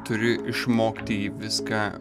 turi išmokti į viską